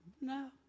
No